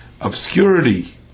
obscurity